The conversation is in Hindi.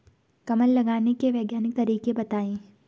कमल लगाने के वैज्ञानिक तरीके बताएं?